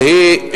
שהיא,